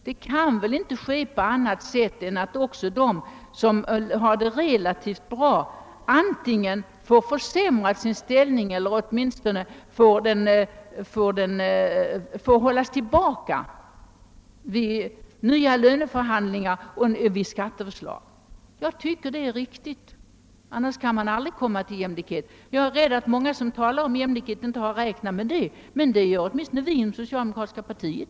Det kan väl inte ske på annat sätt än genom att också de som har det relativt bra antingen får sin ställning försämrad eller åtminstone får hållas tillbaka vid nya löneförhandlingar och i nya skatteförslag? Jag tycker detta är riktigt. Annars kan man aldrig uppnå jämlikhet. Jag är rädd att många som talar om jämlikhet inte på allvar har räknat med detta, men det gör åtminstone vi i socialdemokratiska partiet.